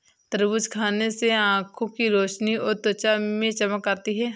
तरबूज खाने से आंखों की रोशनी और त्वचा में चमक आती है